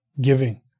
giving